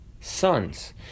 sons